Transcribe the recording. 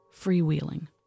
freewheeling